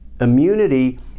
Immunity